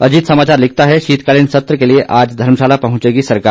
अजीत समाचार लिखता है शीतकालीन सत्र के लिए आज धर्मशाला पहुंचेगी सरकार